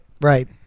Right